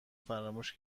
فراموش